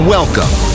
Welcome